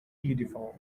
beautiful